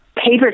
paper